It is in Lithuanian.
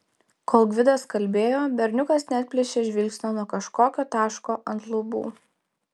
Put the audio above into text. kol gvidas kalbėjo berniukas neatplėšė žvilgsnio nuo kažkokio taško ant lubų